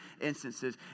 instances